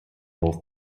both